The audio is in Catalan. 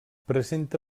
presenta